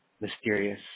mysterious